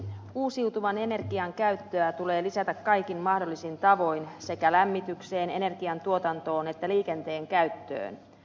uusiutuvan energian käyttöä tulee lisätä kaikin mahdollisin tavoin sekä lämmityksessä energiantuotannossa että liikenteessä